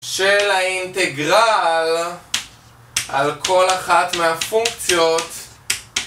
של האינטגרל על כל אחת מהפונקציות